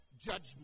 judgment